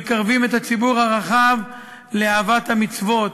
מקרבים את הציבור הרחב לאהבת המצוות,